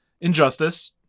Injustice